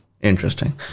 Interesting